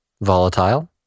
Volatile